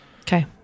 okay